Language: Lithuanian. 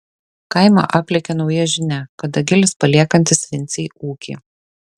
kaimą aplėkė nauja žinia kad dagilis paliekantis vincei ūkį